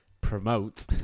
promote